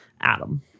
Adam